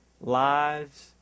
lives